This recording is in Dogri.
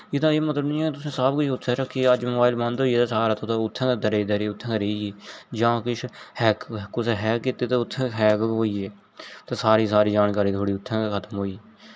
एह्दा एह् मतलब निं ऐ की तुसे सब किश उत्थें रक्खेआ अज मोबाइल बंद होई आ ते सारा किश उत्थें गै दरे दरे उत्थें गै रेही आ जां किश हैक कुसै हैक कीते दा उत्थें हैक होई ऐ तुस सारी सारी जानकारी थुआड़ी उत्थें गै खतम होई गेई